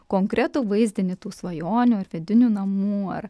konkretų vaizdinį tų svajonių ar vidinių namų ar